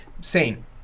sane